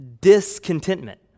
discontentment